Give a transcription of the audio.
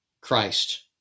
Christ